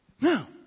Now